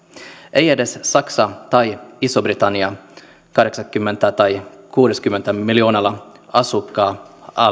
ei edes saksa tai iso britannia kahdeksankymmentä tai kuudellakymmenellä miljoonalla asukkaallaan